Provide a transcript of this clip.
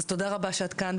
אז תודה רבה שאת כאן,